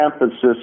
emphasis